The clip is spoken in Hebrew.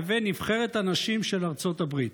לבין נבחרת הנשים של ארצות הברית.